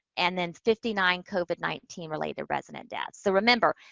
and then fifty nine covid nineteen related resident deaths. so, remember,